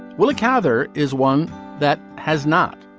willa cather is one that has not.